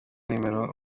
nimero